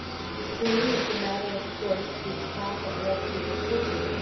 turning as a matter of course to the path that led to the kitchen,